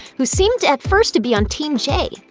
who seemed at first to be on team jay.